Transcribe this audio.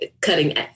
cutting